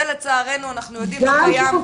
זה לצערנו אנחנו יודעים מה קיים.